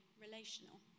relational